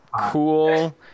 cool